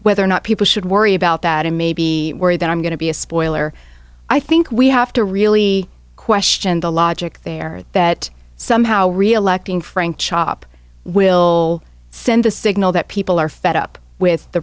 whether or not people should worry about that and maybe worry that i'm going to be a spoiler i think we have to really question the logic there that somehow reelecting frank chop will send a signal that people are fed up with the